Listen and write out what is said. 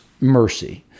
mercy